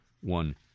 one